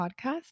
podcast